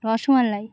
rasmalai